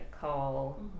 call